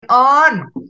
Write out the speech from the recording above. on